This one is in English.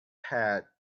had